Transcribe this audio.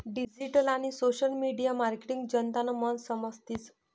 digital आणि social media marketing जनतानं मन समजतीस